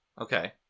okay